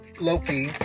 Loki